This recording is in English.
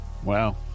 Wow